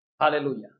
Hallelujah